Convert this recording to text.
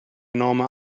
enorme